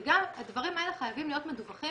וגם הדברים האלה חייבים להיות מדווחים